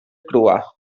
crua